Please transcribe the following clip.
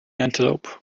antelope